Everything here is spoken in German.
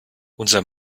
unser